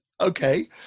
Okay